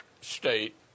state